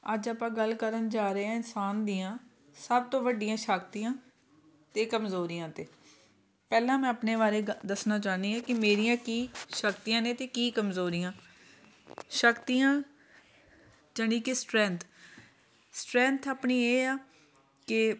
ਅੱਜ ਆਪਾਂ ਗੱਲ ਕਰਨ ਜਾ ਰਹੇ ਹਾਂ ਇਨਸਾਨ ਦੀਆਂ ਸਭ ਤੋਂ ਵੱਡੀਆਂ ਸ਼ਕਤੀਆਂ ਅਤੇ ਕਮਜ਼ੋਰੀਆਂ 'ਤੇ ਪਹਿਲਾਂ ਮੈਂ ਆਪਣੇ ਬਾਰੇ ਗ ਦੱਸਣਾ ਚਾਹੁੰਦੀ ਹਾਂ ਕਿ ਮੇਰੀਆਂ ਕੀ ਸ਼ਕਤੀਆਂ ਨੇ ਅਤੇ ਕੀ ਕਮਜ਼ੋਰੀਆਂ ਸ਼ਕਤੀਆਂ ਜਾਣੀ ਕਿ ਸਟਰੈਂਥ ਸਟਰੈਂਥ ਆਪਣੀ ਇਹ ਆ ਕਿ